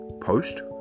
post